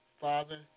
Father